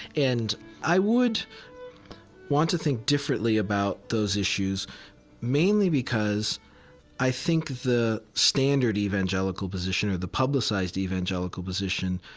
and i would want to think differently about those issues mainly because i think the standard evangelical position, or the publicized evangelical position,